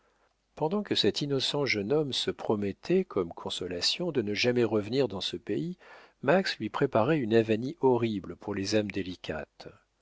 pendant que cet innocent jeune homme se promettait comme consolation de ne jamais revenir dans ce pays max lui préparait une avanie horrible pour les âmes délicates